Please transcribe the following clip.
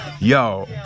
Yo